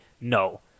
No